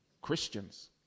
Christians